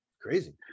Crazy